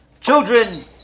children